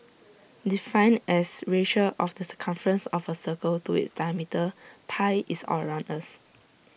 defined as ratio of the circumference of A circle to its diameter pi is all around us